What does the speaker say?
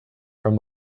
from